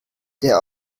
der